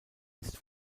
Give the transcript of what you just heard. ist